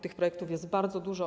Tych projektów jest bardzo dużo.